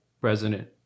president